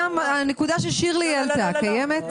הנקודה ששירלי העלתה קיימת?